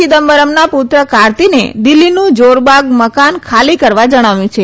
ચિદમ્બરમના પુત્ર કારતીને દિલ્ફીનું જારબાગ મકાન ખાલી કરવા જણાવ્યું છે